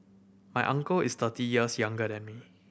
my uncle is thirty years younger than me